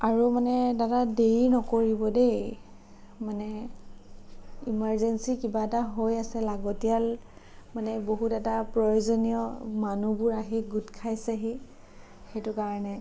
আৰু মানে দাদা দেৰি নকৰিব দেই মানে ইমাৰ্জেন্সি কিবা এটা হৈ আছে লাগতিয়াল মানে বহুত এটা প্ৰয়োজনীয় মানুহবোৰ আহি গোট খাইছেহি সেইটো কাৰণে